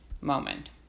moment